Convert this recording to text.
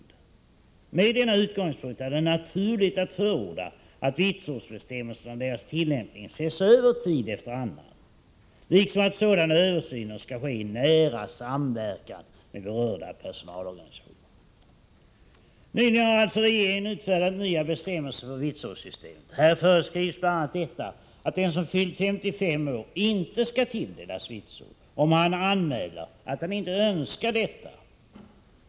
Utifrån denna utgångspunkt är det naturligt att förorda att vitsordsbestämmelserna och deras tillämpning tid efter annan ses över, liksom att sådan översyn sker i nära samverkan med berörda personalorganisationer. Nyligen har alltså regeringen utfärdat nya bestämmelser för vitsordssystemet. Här föreskrivs bl.a. att den som fyllt 55 år inte skall tilldelas vitsord, om han anmäler att han inte önskar detta.